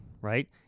right